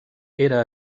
era